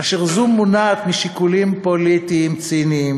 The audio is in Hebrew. אשר מונעת ממניעי שרידות פוליטית ושיקולים פוליטיים ציניים,